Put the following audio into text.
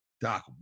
Doc